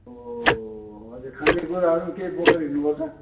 हो अझै खाने कुराहरू पनि केही बोकेर हिँड्नुपर्छ